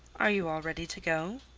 are you all ready to go?